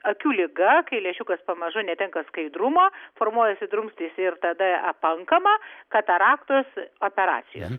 akių liga kai lęšiukas pamažu netenka skaidrumo formuojasi drumstis ir tada apankama kataraktos operacijos